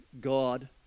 God